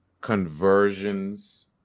conversions